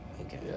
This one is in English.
okay